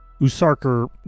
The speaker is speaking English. Usarker